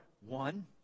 one